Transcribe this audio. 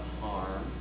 harm